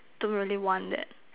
don't really want that